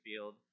field